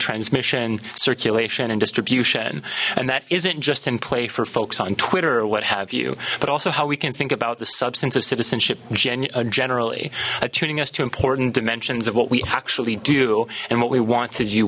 transmission circulation and distribution and that isn't just in play for folks on twitter or what have you but also how we can think about the substance of citizenship genya generally attuning us to important dimensions of what we actually do and what we want to